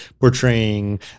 portraying